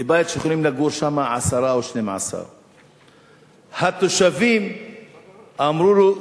בבית שיכולים לגור בו עשרה או 12. התושבים אמרו לו,